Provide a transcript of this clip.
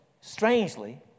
strangely